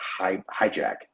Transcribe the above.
hijack